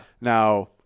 Now